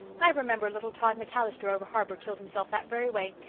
i remember little tod macallister over-harbour killed himself that very way,